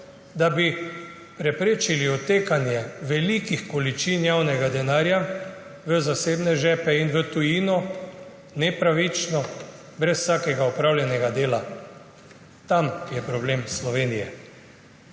da bi preprečili odtekanje velikih količin javnega denarja v zasebne žepe in v tujino, nepravično brez vsakega opravljenega dela. Tam je problem Slovenije.